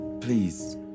Please